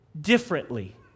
differently